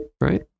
right